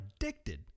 addicted